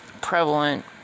prevalent